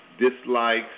dislikes